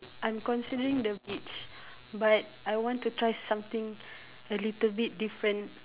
I'm considering the beach but I want to try something a little bit different